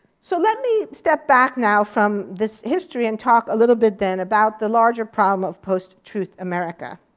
so let me step back now from this history and talk a little bit, then, about the larger problem of post-truth america.